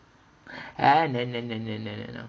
ah no no no no